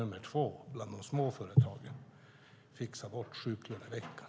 Nummer två, bland de små företagen, är: Fixa bort sjuklöneveckan!